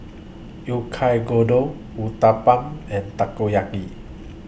Oyakodon Uthapam and Takoyaki